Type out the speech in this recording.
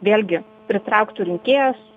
vėlgi pritrauktų rinkėjus